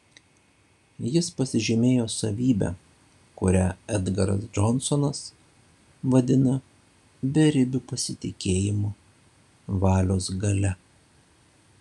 jis pasižymėjo savybe kurią edgaras džonsonas vadina beribiu pasitikėjimu valios galia